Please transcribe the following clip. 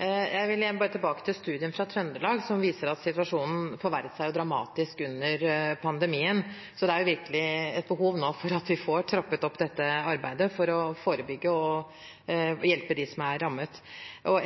Jeg vil bare tilbake til studien fra Trøndelag som viser at situasjonen forverret seg dramatisk under pandemien, så det er virkelig et behov nå for at vi får trappet opp dette arbeidet for å forebygge og hjelpe dem som er rammet.